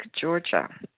Georgia